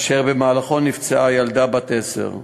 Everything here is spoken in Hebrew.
ואשר במהלכו נפצעה ילדה בת עשר.